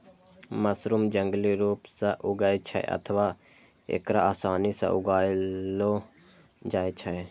mushroom जंगली रूप सं उगै छै अथवा एकरा आसानी सं उगाएलो जाइ छै